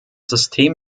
system